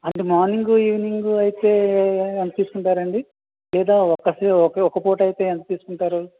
and morning evening ఐతే ఎంత తీసుకుంటారు అండి లేదా ఒక్క ఒక్కపూట ఐతే ఎంత తీసుకుంటారు